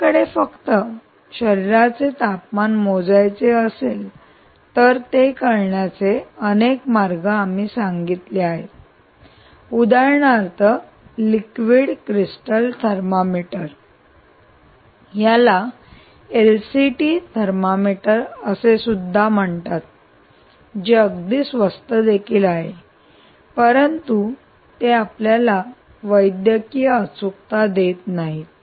आपल्याला फक्त शरीराचे तापमान मोजायचे असेल तर ते करण्याचे अनेक मार्ग आम्ही सांगितले आहेत उदाहरणार्थ लिक्विड क्रिस्टल थर्मामीटर याला एलसीटी थर्मामीटर असे सुद्धा म्हणतात जे अगदी स्वस्त देखील आहेत परंतु ते आपल्याला वैद्यकीय अचूकता देत नाहीत